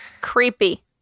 Creepy